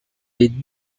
les